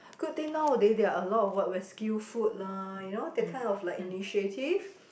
good thing nowadays there are a lot of what rescue food lah you know that kind of like initiative